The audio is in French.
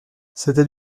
c’était